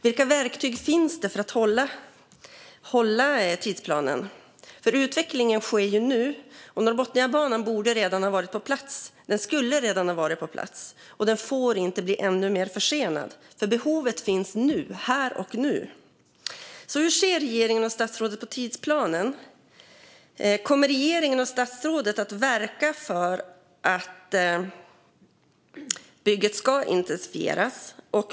Vilka verktyg finns för att hålla tidsplanen? Utvecklingen sker ju nu, och Norrbotniabanan skulle redan ha varit på plats. Den får inte bli ännu mer försenad, för behovet finns här och nu. Hur ser regeringen och statsrådet på tidsplanen? Kommer regeringen och statsrådet att verka för att bygget intensifieras?